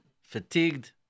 fatigued